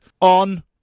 on